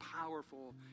powerful